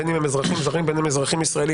בין אם הם אזרחים זרים ובין אם הם אזרחים ישראלים,